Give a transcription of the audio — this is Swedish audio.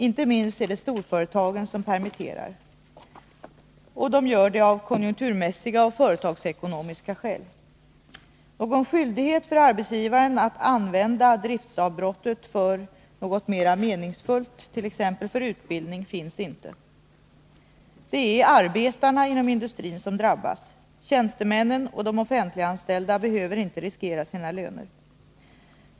Inte minst är det storföretagen som permitterar. Och det gör de av konjunkturmässiga och företagsekonomiska skäl. Någon skyldighet för arbetsgivaren att använda driftsavbrottet för något mera meningsfullt —t.ex. för utbildning — finns inte. Det är arbetarna inom industrin som drabbas. Tjänstemännen och de offentliganställda behöver inte riskera sina löner.